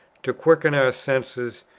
to quicken our senses,